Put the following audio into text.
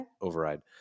Override